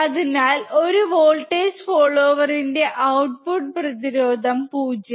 അതിനാൽ ഒരു വോൾട്ടേജ് ഫോളോവറിന്റെ ഔട്ട്പുട്ട് പ്രതിരോധം 0